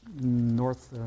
North